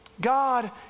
God